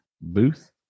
booth